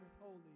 holy